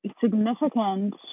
significant